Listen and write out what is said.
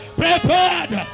prepared